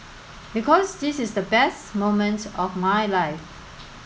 because this is the best moment of my life